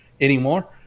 anymore